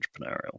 entrepreneurial